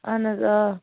اَہَن حظ آ